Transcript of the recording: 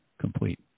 complete